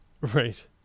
Right